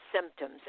symptoms